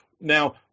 Now